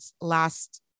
last